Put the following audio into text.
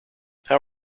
how